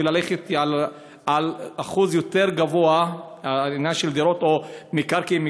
וללכת על אחוז יותר גבוה בעניין של דירות או מקרקעין,